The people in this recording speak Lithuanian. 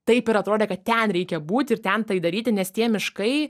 taip ir atrodė kad ten reikia būti ir ten tai daryti nes tie miškai